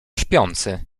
śpiący